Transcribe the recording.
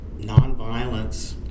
nonviolence